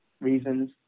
reasons